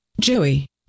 Joey